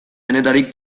denetarik